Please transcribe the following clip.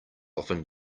often